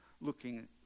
looking